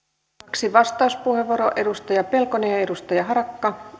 yksi vastauspuheenvuoro edustaja pelkonen ja edustaja harakka